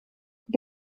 die